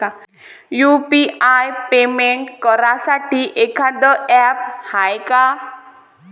UPI payment करासाठी एखांद app हाय का?